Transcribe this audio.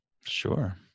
Sure